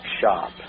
shop